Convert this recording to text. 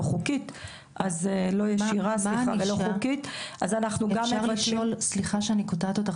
ישירה ולא חוקית --- סליחה שאני קוטעת אותך,